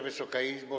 Wysoka Izbo!